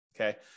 okay